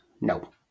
No